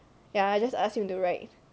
ya I just ask him to write